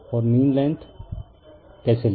और mean length कैसे लें